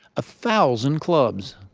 ah thousand clubs,